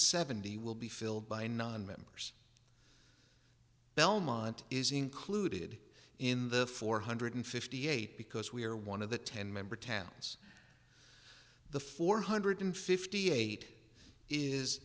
seventy will be filled by nonmembers belmont is included in the four hundred fifty eight because we are one of the ten member towns the four hundred fifty eight is